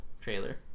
trailer